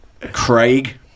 Craig